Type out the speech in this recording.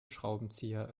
schraubenzieher